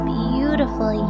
beautiful